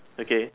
okay